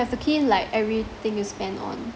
to key in like everything you spend on